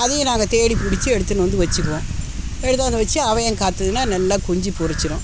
அதையும் நாங்கள் தேடி பிடிச்சி எடுத்துன்னு வந்து வெச்சுக்குவோம் எடுத்து வந்து வெச்சு அவையும் காத்துதுன்னா நல்லா குஞ்சு பொறிச்சிடும்